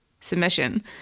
submission